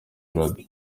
brother